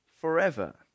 forever